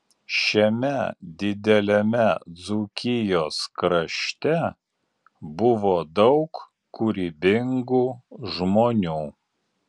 šiame dideliame dzūkijos krašte buvo daug kūrybingų žmonių